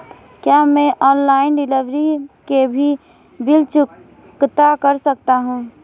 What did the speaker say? क्या मैं online delivery के भी बिल चुकता कर सकता हूँ?